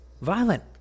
violent